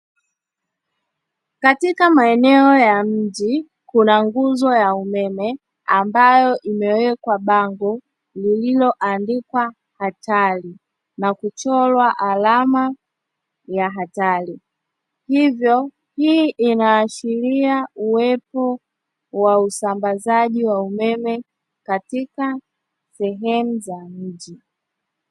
Katika maeneo ya mji, kuna nguzo ya umeme ambayo imewekwa bango lililoandikwa hatari na kuchorwa alama ya hatari. Hivyo hii inaashiria uwepo wa usambazaji wa umeem katika sehemu za mji.